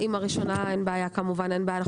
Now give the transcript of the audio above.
עם הראשונה אין בעיה כמובן, אין בעיה.